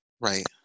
Right